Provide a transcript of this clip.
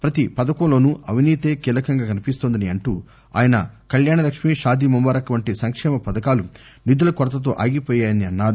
ప్రతి పథకంలోను అవినీతే కీలకంగా కనిపిస్తోందని అంటూ ఆయన కళ్యాణ్ లక్ష్మీ షాదీ ముబారక్ వంటి సంకేమ పథకాలు నిధుల కొరతతో ఆగిపోయాయని అన్నారు